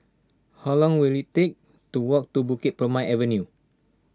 how long will it take to walk to Bukit Purmei Avenue